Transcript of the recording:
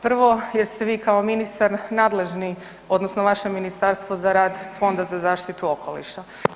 Prvo jer ste vi kao ministar nadležni odnosno vaše ministarstvo za rad Fonda za zaštitu okoliša.